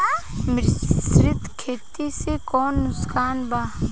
मिश्रित खेती से कौनो नुकसान बा?